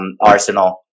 Arsenal